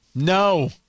No